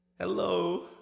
Hello